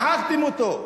מחקתם אותו.